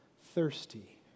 thirsty